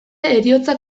heriotza